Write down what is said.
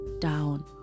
down